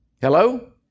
Hello